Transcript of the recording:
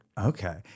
Okay